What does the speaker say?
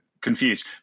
confused